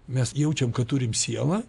mes jaučiam kad turim sielą